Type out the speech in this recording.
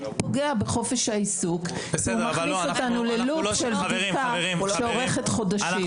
פוגע בחופש העיסוק כי הוא מכניס אותנו ללופ של בדיקה שאורכת חודשים.